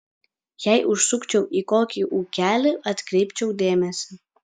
jei užsukčiau į kokį ūkelį atkreipčiau dėmesį